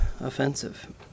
offensive